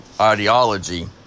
ideology